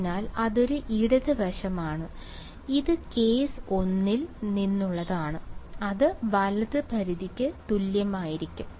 അതിനാൽ അതൊരു ഇടത് വശമാണ് ഇത് കേസ് 1 ൽ നിന്നുള്ളതാണ് അത് വലത് പരിധിക്ക് തുല്യമായിരിക്കണം